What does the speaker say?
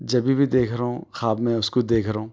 جبھی بھی دیکھ رہا ہوں خواب میں اس کو دیکھ رہا ہوں